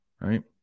Right